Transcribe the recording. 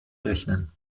rechnen